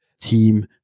team